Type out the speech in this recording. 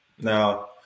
Now